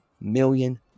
million